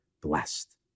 blessed